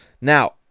Now